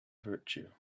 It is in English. virtue